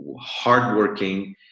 hardworking